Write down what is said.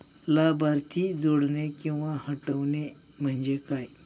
लाभार्थी जोडणे किंवा हटवणे, म्हणजे काय?